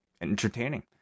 entertaining